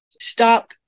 Stop